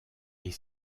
est